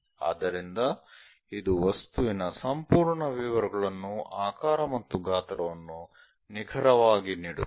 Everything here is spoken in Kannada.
ಆದ್ದರಿಂದ ಇದು ವಸ್ತುವಿನ ಸಂಪೂರ್ಣ ವಿವರಗಳನ್ನು ಆಕಾರ ಮತ್ತು ಗಾತ್ರವನ್ನು ನಿಖರವಾಗಿ ನೀಡುತ್ತದೆ